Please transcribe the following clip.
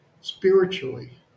spiritually